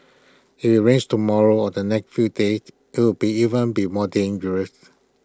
IT is rains tomorrow or the next few days IT will be even be more dangerous